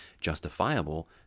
justifiable